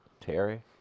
Terry